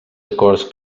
acords